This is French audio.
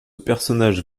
personnage